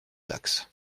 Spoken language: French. taxes